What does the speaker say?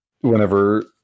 whenever